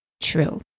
true